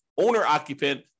owner-occupant